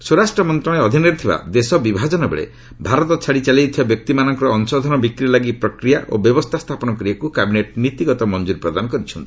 ସ୍ୱରାଷ୍ଟ୍ର ମନ୍ତ୍ରଣାଳୟ ଅଧୀନରେ ଥିବା ଦେଶ ବିଭାଜନବେଳେ ଭାରତ ଛାଡ଼ି ଚାଲିଯାଇଥିବା ବ୍ୟକ୍ତିମାନଙ୍କର ଅଂଶଧନ ବିକ୍ରି ଲାଗି ପ୍ରକ୍ରିୟା ଓ ବ୍ୟବସ୍ଥା ସ୍ଥାପନ କରିବାକୁ କ୍ୟାବିନେଟ୍ ନୀତିଗତ ମଞ୍ଜରି ପ୍ରଦାନ କରିଛନ୍ତି